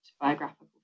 biographical